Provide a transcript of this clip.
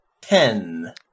Ten